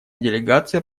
делегация